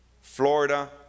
Florida